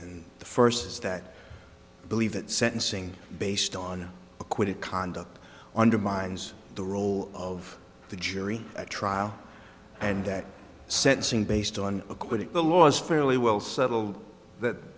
and the first is that believe that sentencing based on acquitted conduct undermines the role of the jury trial and that sentencing based on a quick the law is fairly well settled that